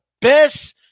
best